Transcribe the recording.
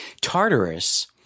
Tartarus